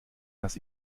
dass